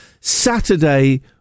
Saturday